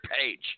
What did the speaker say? page